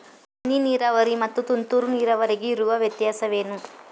ಹನಿ ನೀರಾವರಿ ಮತ್ತು ತುಂತುರು ನೀರಾವರಿಗೆ ಇರುವ ವ್ಯತ್ಯಾಸವೇನು?